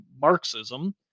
Marxism